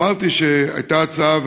אמרתי שהייתה הצעה,